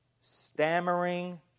stammering